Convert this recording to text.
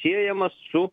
siejamas su